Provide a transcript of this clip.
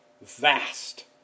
vast